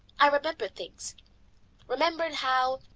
i remembered things remembered how,